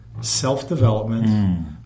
self-development